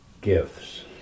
gifts